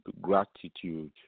gratitude